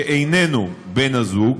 שאיננו בן הזוג,